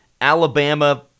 Alabama